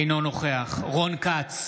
אינו נוכח רון כץ,